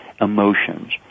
emotions